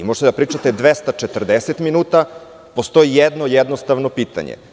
Možete da pričate 240 minuta, ali postoji jedno jednostavno pitanje.